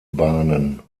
bahnen